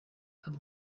had